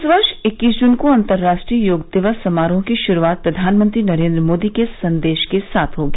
इस वर्ष इक्कीस जून को अंतर्राष्ट्रीय योग दिवस समारोह की शुरूआत प्रधानमंत्री नरेन्द्र मोदी के संदेश के साथ होगी